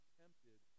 tempted